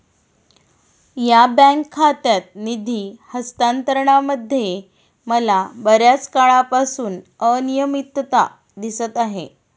या बँक खात्यात निधी हस्तांतरणामध्ये मला बर्याच काळापासून अनियमितता दिसत आहे